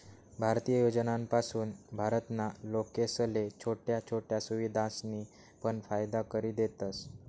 भारतीय योजनासपासून भारत ना लोकेसले छोट्या छोट्या सुविधासनी पण फायदा करि देतस